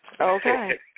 Okay